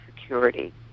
security